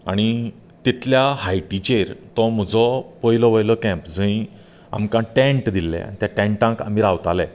आनी तितल्या हायटिचेर तो म्हजो पयलो वयलो कँप जंय आमकां टेंट दिल्ले आनी ते टेंटाक आमी रावतालें